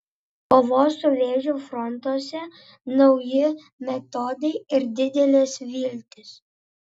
kovos su vėžiu frontuose nauji metodai ir didelės viltys